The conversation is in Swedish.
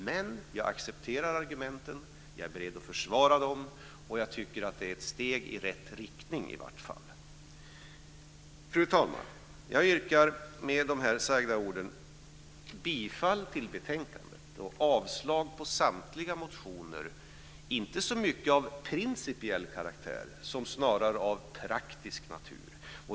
Men jag accepterar argumenten, jag är beredd att försvara dem, och jag tycker att det i vart fall är ett steg i rätt riktning. Fru talman! Jag yrkar med de sagda orden bifall till förslaget i betänkandet och avslag på samtliga motioner, inte så mycket av principiella skäl utan av skäl som snarare är av praktisk natur.